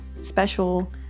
special